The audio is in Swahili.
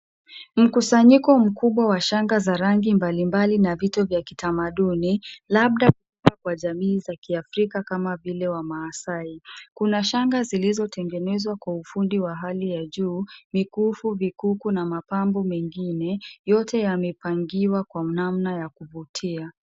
Mkusanyiko mkubwa wa shanga za rangi mbalimbali na vito vya kitamaduni, labda kwa jamii za kiafrika kama vile wamaasai. Kuna shanga zilizotengenezwa kwa ufundi wa hali ya juu, mikufu, vikuku na mapambo mengine, yote yamepangiwa kwa namna ya kuvutia.